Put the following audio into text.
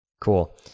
Cool